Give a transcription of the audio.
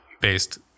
based